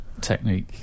technique